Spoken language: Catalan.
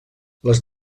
les